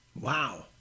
Wow